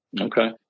Okay